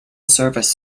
services